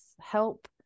help